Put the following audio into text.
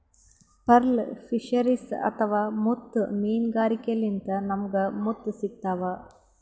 pearl fisheries ಅಥವಾ ಮುತ್ತ್ ಮೀನ್ಗಾರಿಕೆಲಿಂತ್ ನಮ್ಗ್ ಮುತ್ತ್ ಸಿಗ್ತಾವ್